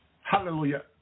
Hallelujah